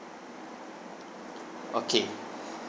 okay